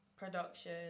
production